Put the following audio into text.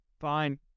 fine